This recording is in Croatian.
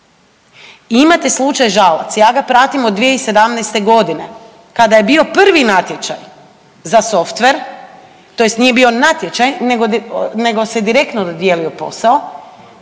Imate slučaj Žalac, ja ga pratim od 2017. godine kada je bio prvi natječaj za softver, tj. nije bio natječaj, nego se direktno dodijelio posao